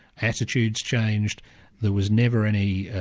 attitudes changed there was never any,